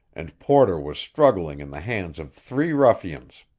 and porter was struggling in the hands of three ruffians.